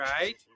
Right